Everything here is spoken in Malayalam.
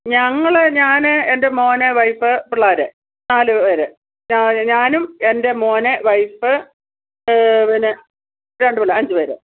ഞങ്ങൾ ഞാൻ എന്റെ മോൻ വൈഫ് പിള്ളേർ നാലു പേർ ഞാനും എന്റെ മോൻ വൈഫ് പിന്നെ രണ്ട് പിള്ളേർ അഞ്ച് പേർ